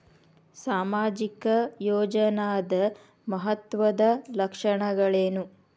ಸಾಮಾಜಿಕ ಯೋಜನಾದ ಮಹತ್ವದ್ದ ಲಕ್ಷಣಗಳೇನು?